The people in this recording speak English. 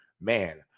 man